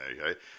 Okay